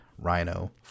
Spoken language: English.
rhino